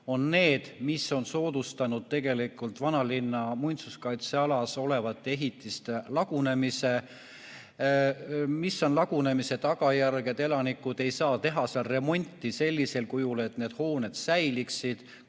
on need, mis on soodustanud tegelikult vanalinna muinsuskaitsealas olevate ehitiste lagunemist. Elanikud ei saa teha seal remonti sellisel kujul, et need hooned säiliksid,